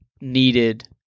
needed